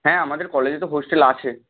হ্যাঁ আমাদের কলেজে তো হোস্টেল আছে